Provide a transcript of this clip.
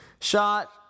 shot